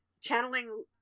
channeling